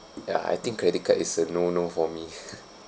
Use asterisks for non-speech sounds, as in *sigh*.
ya I think credit card is a no no for me *noise*